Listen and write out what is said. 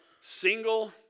single